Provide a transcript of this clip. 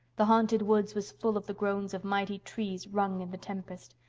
the haunted woods was full of the groans of mighty trees wrung in the tempest,